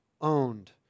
owned